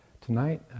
Tonight